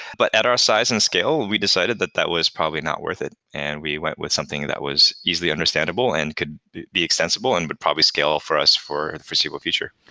but at our size and scale, we decided that that was probably not worth it and we went with something that was easily understandable and could be extensible and but probably scale for us for the foreseeable future.